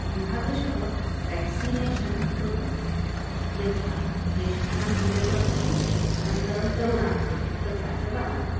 विभागशः vaccination कृतं यथा ज्येष्ठानां कृते प्रथमम् अनन्तरं तरुणाः तथा च बालाः